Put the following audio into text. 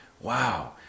Wow